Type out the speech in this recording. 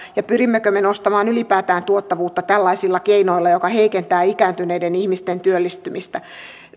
ja pyrimmekö me nostamaan ylipäätään tuottavuutta tällaisilla keinoilla jotka heikentävät ikääntyneiden ihmisten työllistymistä